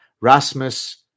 Rasmus